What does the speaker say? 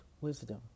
wisdom